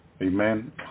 amen